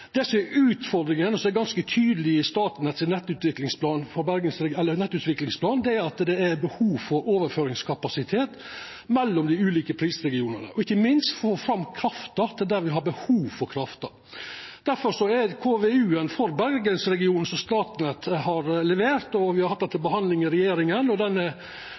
Det som er utfordringa, som er ganske tydeleg i Statnetts nettutviklingsplan, er at det er behov for overføringskapasitet mellom dei ulike prisregionane, og ikkje minst å få fram krafta til der det er behov for ho. Difor er det KVU-en for bergensregionen som Statnett har levert – han har vore til behandling i regjering, og han er nettopp godkjend av den